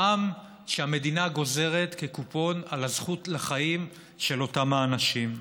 מע"מ שהמדינה גוזרת כקופון על הזכות לחיים של אותם האנשים.